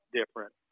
different